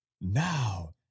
Now